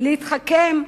להתחכם,